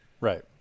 Right